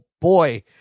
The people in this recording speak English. boy